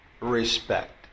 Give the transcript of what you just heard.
respect